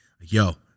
Yo